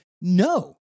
No